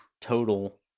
total